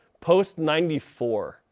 post-94